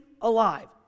alive